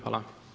Hvala.